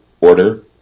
order